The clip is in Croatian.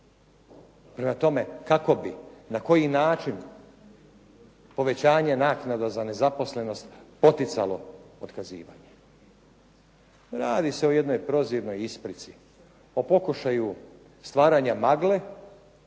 Prema tome, kako bi i na koji način povećanje naknada za nezaposlenost poticalo otkazivanje. Radi se o jednoj prozirnoj isprici, o pokušaju stvaranja magle